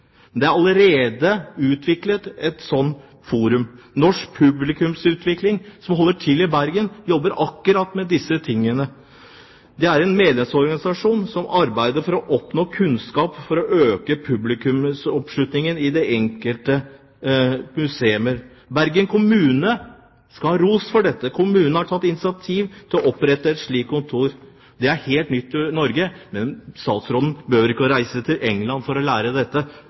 Men det er allerede utviklet et forum for det. Norsk publikumsutvikling, som holder til i Bergen, jobber akkurat med disse tingene. Det er en medlemsorganisasjon som arbeider for å oppnå kunnskap for å øke publikumsoppslutningen i de enkelte museer. Bergen kommune skal ha ros for å ha tatt initiativ til å opprette et slikt kontor. Det er helt nytt i Norge. Statsråden behøver ikke å reise til England for å lære dette.